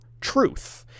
Truth